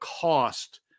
cost